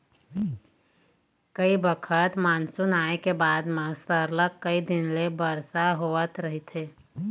कइ बखत मानसून आए के बाद म सरलग कइ दिन ले बरसा होवत रहिथे